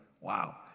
Wow